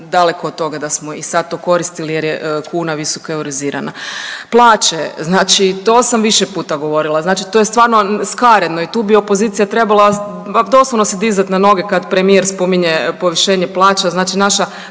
daleko da smo i sad to koristili jer je kuna visoko eurozirana. Plaće, znači to sam više puta govorila, znači to je stvarno skaredno i tu bi opozicija trebala doslovno se dizat na noge kad premijer spominje povišenje plaća. Znači naša